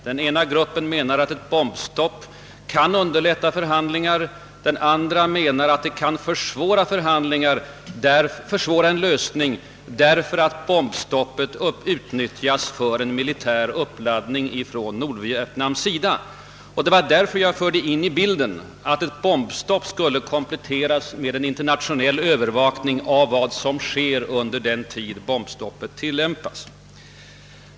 Den ena gruppen anser att ett bombstopp kan underlätta förhandlingar, den andra menar att det kan försvåra en försoning därför att bombstoppet utnyttjas för en militär uppladdning från Nordvietnams sida. Det var därför jag förde in i bilden att ett bombstopp skulle kompletteras med en internationell övervakning av vad som sker under den tid bombstoppet tillämpas.